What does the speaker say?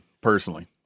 personally